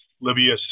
Libya